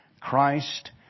Christ